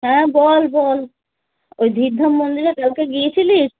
হ্যাঁ বল বল ওই ধীর ধাম মন্দিরে কালকে গিয়েছিলিস